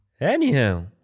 Anyhow